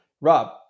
Rob